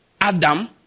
Adam